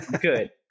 good